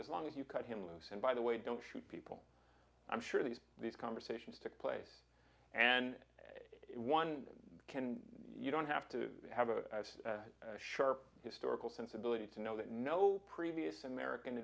as long as you cut him loose and by the way don't shoot people i'm sure these these conversations took place and one can you don't have to have a sharp historical sensibility to know that no previous american